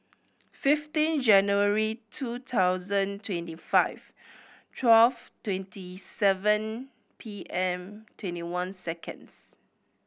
fifteen January two thousand twenty five twelve twenty seven P M twenty one seconds